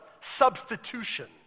substitution